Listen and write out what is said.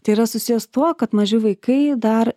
tai yra susiję su tuo kad maži vaikai dar